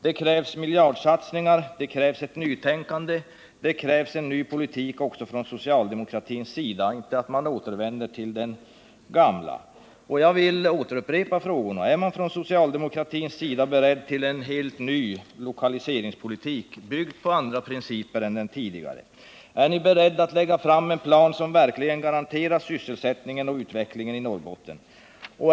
Det krävs miljardsatsningar, det krävs ett nytänkande, det krävs en ny politik från socialdemokratins sida och inte ett återvändande till det gamla. Jag vill upprepa frågorna: Är socialdemokraterna beredda till en helt ny lokaliseringspolitik, byggd på andra principer än den tidigare? Är ni beredda att lägga fram en plan som verkligen garanterar sysselsättningen och utvecklingen i Norrbotten?